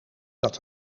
dat